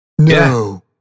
No